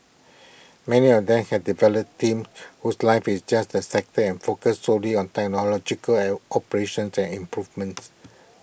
many of them have developed teams whose life is just their sector and focus solely on technological L operations to and improvements